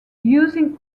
using